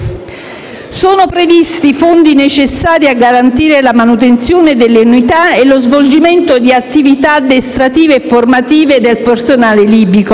Sono previsti i fondi necessari a garantire la manutenzione delle unità e lo svolgimento di attività addestrative e formative del personale libico;